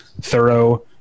thorough